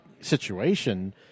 situation